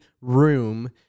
room